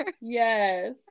Yes